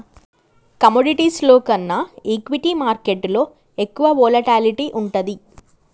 కమోడిటీస్లో కన్నా ఈక్విటీ మార్కెట్టులో ఎక్కువ వోలటాలిటీ వుంటది